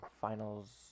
finals